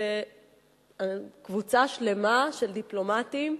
כמו שלא שמעתי על זה שקבוצה שלמה של דיפלומטים,